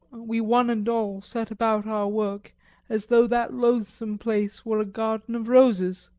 we one and all set about our work as though that loathsome place were a garden of roses.